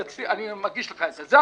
אני מגיש לך את זה,